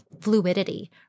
fluidity